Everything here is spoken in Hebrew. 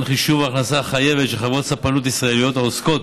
חישוב ההכנסה החייבת של חברות ספנות ישראליות העוסקות